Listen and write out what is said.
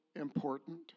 important